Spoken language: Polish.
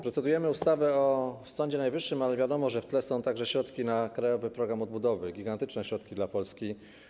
Procedujemy nad ustawą o Sądzie Najwyższym, ale wiadomo, że w tle są także środki na Krajowy Plan Odbudowy, gigantyczne środki dla Polski.